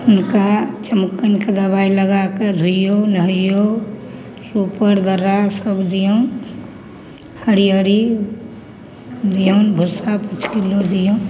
हुनका चमोक्कनिके दवाइ लगाके धोइऔ नहैऔ सुपर दर्रा सब दिऔन हरिअरी दिऔन भुस्सा किछु किलो दिऔन